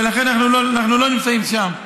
ולכן אנחנו לא נמצאים שם.